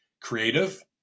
creative